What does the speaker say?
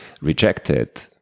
rejected